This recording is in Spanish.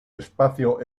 espacio